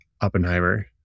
Oppenheimer